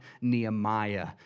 Nehemiah